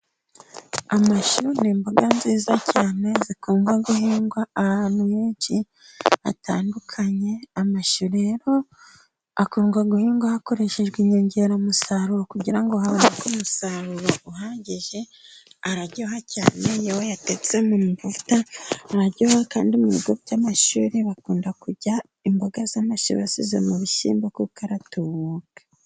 Amashu ni imboga nziza cyane zikundwa guhingwa ahantu henshi hatandukanye, amashu rero akundwa guhingwa hakoreshejwe inyongeramusaruro kugira ngo haboneke umusaruro uhagije, araryoha cyane iyo wayatetse mu mavuta, araryoha kandi mu bigo by'amashuri, bakunda kurya imboga z'amashu bashize mu bishyimbo kuko aratubuka.